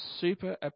super